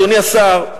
אדוני השר,